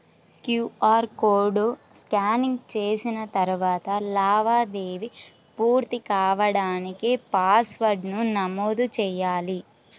QR code scanning చేసిన తరువాత లావాదేవీ పూర్తి కాడానికి పాస్వర్డ్ను నమోదు చెయ్యాలి